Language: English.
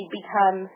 become